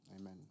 amen